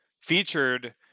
featured